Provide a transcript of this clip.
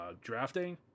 drafting